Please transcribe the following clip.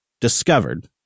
discovered